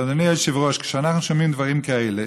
אדוני היושב-ראש, כשאנחנו שומעים דברים כאלה,